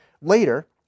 Later